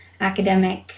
academic